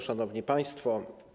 Szanowni Państwo!